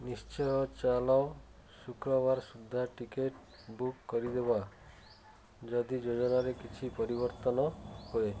ନିଶ୍ଚୟ ଚାଲ ଶୁକ୍ରବାର ସୁଦ୍ଧା ଟିକେଟ୍ ବୁକ୍ କରିଦେବା ଯଦି ଯୋଜନାରେ କିଛି ପରିବର୍ତ୍ତନ ହୁଏ